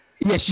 yes